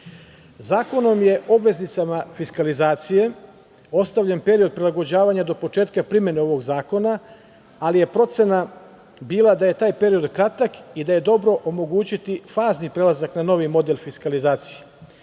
malo. Zakonom je obaveznicima fiskalizacije ostavljen period prilagođavanja do početka primene ovog zakona, ali je procena bila da je taj period kratak i da je dobro omogućiti fazni prelazak na novi model fiskalizacije.